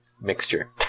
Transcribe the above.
mixture